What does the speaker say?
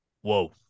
Whoa